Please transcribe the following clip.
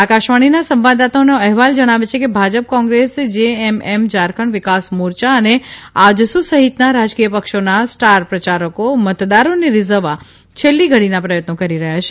આકાશવાણીના સંવાદદાતાનો અહેવાલ જણાવે છે કે ભાજપ કોંગ્રેસ જેએમએમ ઝારખંડ વિકાસ મોરયા અને આજસુ સહિતના રાજકીય પક્ષોના સ્ટારપ્રયારકો મતદારોને રીઝવવા છેલ્લી ઘડીના પ્રયત્નો કરી રહ્યા છે